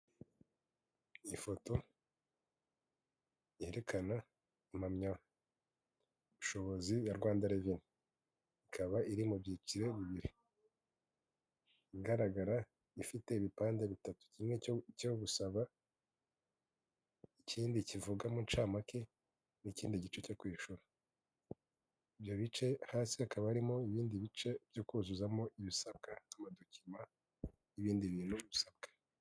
Ifoto yerekana impamyabushobozi ya Rwanda Revenue ikaba iri mu byiciro bibiri, igaragara ifite ibipande bitatu kimwe cyo gusaba ikindi kivuga mu ncamake, n'ikindi gice cyo kwishyura, ibyo bice hasi hakaba harimo ibindi bice byo kuzuzamo ibisabwa muri iyo dokima n'ibindi bintu bisabwa.